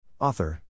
Author